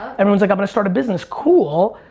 everyone's like i'm gonna start a business. cool.